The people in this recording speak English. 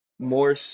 More